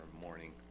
morning